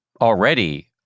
already